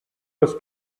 was